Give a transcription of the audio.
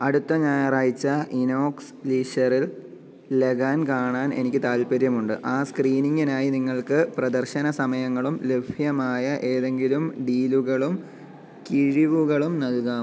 അടുത്ത ഞായറായ്ച ഇനോക്സ് ലീഷറിൽ ലഗാൻ കാണാൻ എനിക്ക് താൽപ്പര്യമുണ്ട് ആ സ്ക്രീനിംഗിനായി നിങ്ങൾക്ക് പ്രദർശന സമയങ്ങളും ലഭ്യമായ ഏതെങ്കിലും ഡീലുകളും കിഴിവുകളും നൽകാം